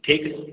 ঠিক